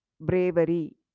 Bravery